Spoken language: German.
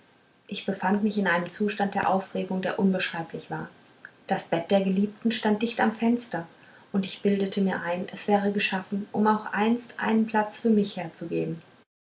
ich befand mich in einem zustand der aufregung der unbeschreiblich war das bett der geliebten stand dicht am fenster und ich bildete mir ein es wäre geschaffen um auch einst einen platz für mich herzugeben